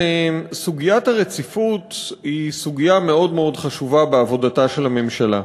סוגיית הרציפות היא סוגיה מאוד מאוד חשובה בעבודתה של הממשלה,